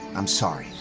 i'm sorry.